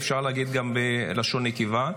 גם בלשון נקבה.